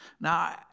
Now